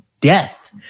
death